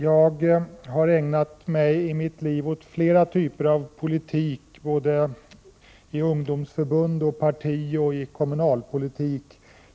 Jag har i mitt liv ägnat mig åt flera typer av politik, såväl i ungdomsförbund och parti som i kommunalpolitiken.